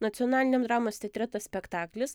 nacionaliniam dramos teatre tas spektaklis